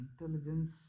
Intelligence